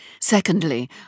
Secondly